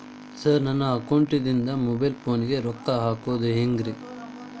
Sir ನನ್ನ ಅಕೌಂಟದಿಂದ mobile ಫೋನಿಗೆ ರೊಕ್ಕ ಹಾಕೋದು ಹೆಂಗ್ರಿ?